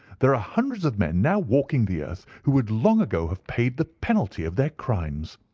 there are hundreds of men now walking the earth who would long ago have paid the penalty of their crimes.